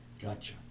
Gotcha